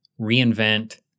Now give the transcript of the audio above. reinvent